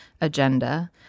agenda